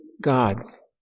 gods